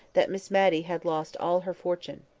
that miss matty had lost all her fortune?